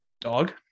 Dog